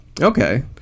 Okay